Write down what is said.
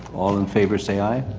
all in favor say aye.